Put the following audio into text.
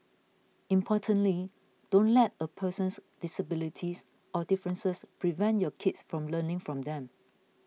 importantly don't let a person's disabilities or differences prevent your kids from learning from them